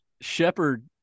Shepard